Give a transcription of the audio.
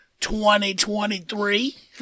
2023